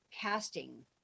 casting